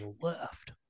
left